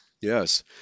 Yes